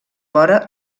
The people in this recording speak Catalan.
vora